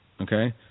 Okay